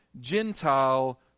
Gentile